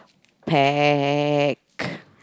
packed